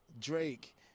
Drake